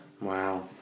Wow